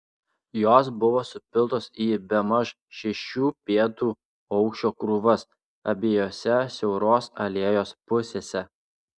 jos buvo supiltos į bemaž šešių pėdų aukščio krūvas abiejose siauros alėjos pusėse